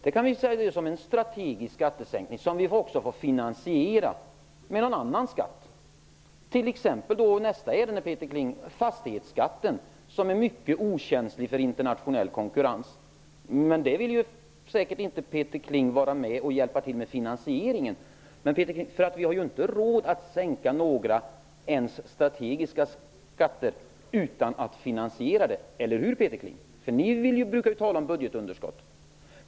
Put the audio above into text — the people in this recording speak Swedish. Det är en strategisk skattesänkning som vi får finansiera med någon annan skatt, t.ex. via fastighetsskatten som är mycket okänslig för internationell konkurrens. Men Peter Kling vill säkert inte vara med och hjälpa till med finansieringen. Vi har inte råd att sänka några, ens strategiska, skatter utan att finansiera sänkningen, eller hur Peter Kling? Ni brukar ju tala om budgetunderskottet.